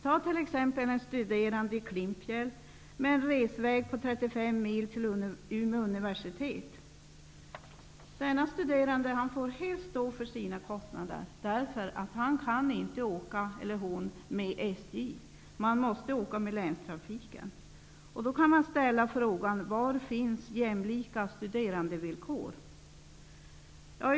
Jag kan som exempel ta en studerande i Klingefjäll med en resväg på 35 mil till Umeå universitet. Denna studerande får helt stå för sina kostnader, därför att han eller hon inte kan åka med SJ utan måste använda länstrafiken. Då kan man ställa frågan: Var finns jämlika studerandevillkor?